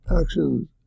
actions